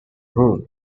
room